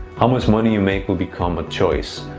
how much money you make will become a choice.